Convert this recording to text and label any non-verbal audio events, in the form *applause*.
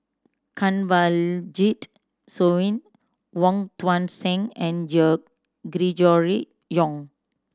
Kanwaljit Soin Wong Tuang Seng and *unintelligible* Gregory Yong